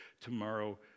tomorrow